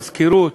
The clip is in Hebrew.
מזכירות.